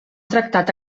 tractat